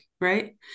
right